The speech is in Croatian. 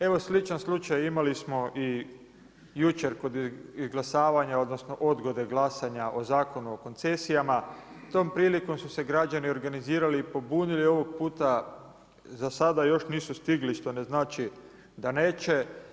Evo sličan slučaj imali smo i jučer kod izglasavanja odnosno odgode glasanja o Zakonu o koncesijama, tom prilikom su se građani organizirali i pobunili, ovog puta za sada još nisu stigli što ne znači da neće.